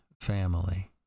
family